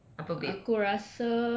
apa babe